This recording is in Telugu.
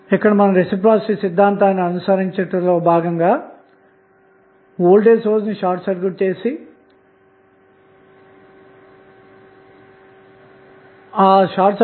అందుకోసం సర్క్యూట్ లో గల 3 స్వతంత్రమైన వోల్టేజ్ సోర్స్ లను షార్ట్ సర్క్యూట్ సి లోడ్ను తొలగిద్దాము